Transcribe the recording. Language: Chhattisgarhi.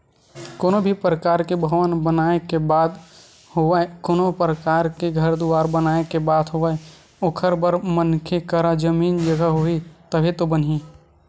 कोनो भी परकार के भवन बनाए के बात होवय कोनो परकार के घर दुवार बनाए के बात होवय ओखर बर मनखे करा जमीन जघा होही तभे तो बनही